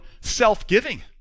self-giving